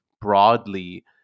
broadly